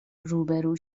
روبرو